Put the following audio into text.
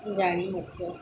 ଜାଣିି ମଧ୍ୟ